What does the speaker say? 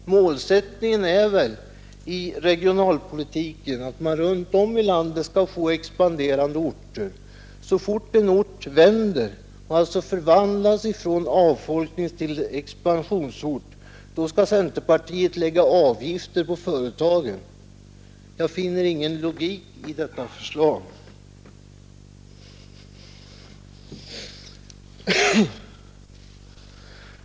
Målsättningen för regionalpolitiken är väl, att vi runt om i landet skall få expanderande orter. Så fort en ort förvandlas från avfolkningstill expansionsort, skall centern lägga avgifter på företagen i den orten! Jag finner ingen logik i det förslaget.